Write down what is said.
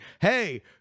hey